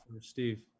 steve